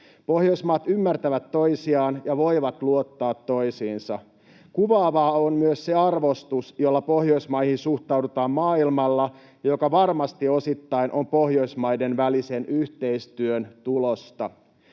Pohjoismaat ymmärtävät toisiaan ja voivat luottaa toisiinsa. Kuvaavaa on myös se arvostus, jolla Pohjoismaihin suhtaudutaan maailmalla ja joka varmasti osittain on Pohjoismaiden välisen yhteistyön tulosta.